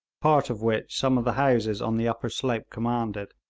part of which some of the houses on the upper slope commanded.